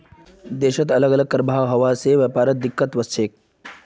देशत अलग अलग कर भाव हवा से व्यापारत दिक्कत वस्छे